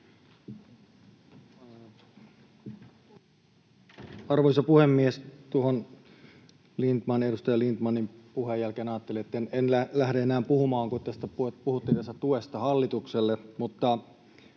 Arvoisa puhemies! Tuon edustaja Lindtmanin puheen jälkeen ajattelin, että en lähde enää puhumaan, kun puhuttiin tästä tuesta hallitukselle,